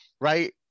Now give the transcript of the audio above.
Right